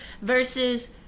Versus